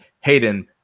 Hayden